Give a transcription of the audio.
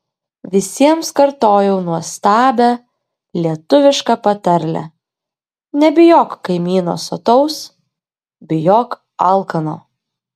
visiems kartojau nuostabią lietuvišką patarlę nebijok kaimyno sotaus bijok alkano